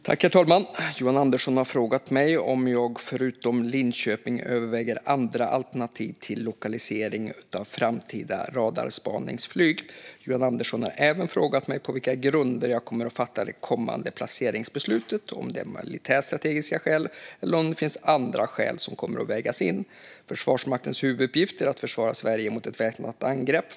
Herr talman! Johan Andersson har frågat mig om jag förutom Linköping överväger andra alternativ till lokalisering av framtida radarspaningsflyg. Johan Andersson har även frågat mig på vilka grunder jag kommer att fatta det kommande placeringsbeslutet - om det är militärstrategiska skäl eller om det finns andra skäl som kommer att vägas in. Försvarsmaktens huvuduppgift är att försvara Sverige mot ett väpnat angrepp.